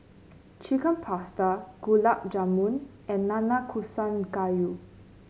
Chicken Pasta Gulab Jamun and Nanakusa Gayu